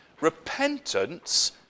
Repentance